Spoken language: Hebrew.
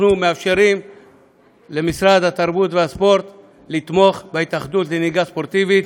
אנחנו מאפשרים למשרד התרבות והספורט לתמוך בהתאחדות לנהיגה ספורטיבית.